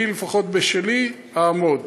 אני לפחות בשלי אעמוד.